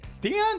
Dion